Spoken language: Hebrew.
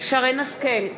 שרן השכל,